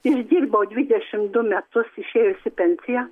išdirbau dvidešimt du metus išėjus į pensiją